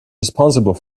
responsible